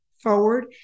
forward